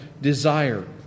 desire